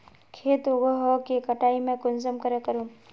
खेत उगोहो के कटाई में कुंसम करे करूम?